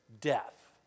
death